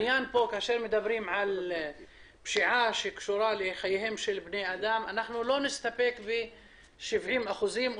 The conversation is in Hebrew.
כשמדברים על פשיעה שקשורה לחיי בני אדם אנחנו לא נסתפק בחלקיות אחוזים,